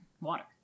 water